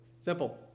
Simple